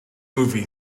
movie